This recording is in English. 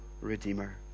Redeemer